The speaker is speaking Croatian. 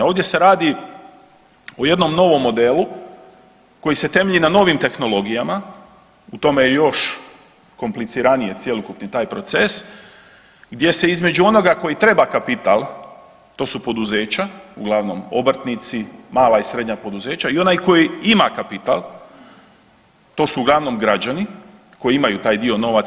Ovdje se radi o jednom novom modelu koji se temelji na novim tehnologijama koji je još kompliciraniji cjelokupni taj proces gdje se između onoga koji treba kapital, to su poduzeća uglavnom obrtnici, mala i srednja poduzeća i onaj koji ima kapital to su uglavnom građani koji imaju taj dio novaca.